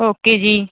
okay ਜੀ